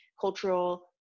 cultural